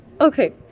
Okay